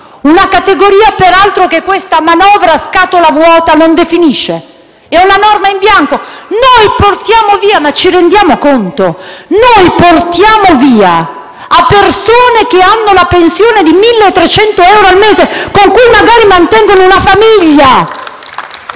Una categoria peraltro che questa manovra a scatola vuota non definisce; è una norma in bianco. Noi portiamo via - ma ci rendiamo conto? - noi portiamo via a persone che hanno la pensione di 1.300 euro al mese, con cui magari mantengono una famiglia